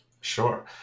Sure